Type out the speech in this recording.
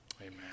Amen